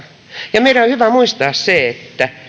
ja meidän on hyvä muistaa se että